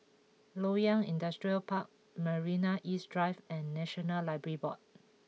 Loyang Industrial Park Marina East Drive and National Library Board